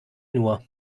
nur